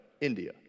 India